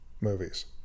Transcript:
movies